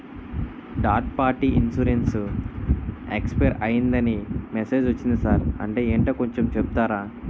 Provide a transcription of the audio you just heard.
Third party insurance expire అయ్యిందని message ఒచ్చింది sir అంటే ఏంటో కొంచె చెప్తారా?